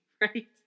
right